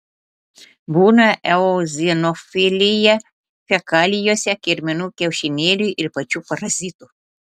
būna eozinofilija fekalijose kirminų kiaušinėlių ir pačių parazitų